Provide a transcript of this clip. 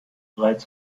bereits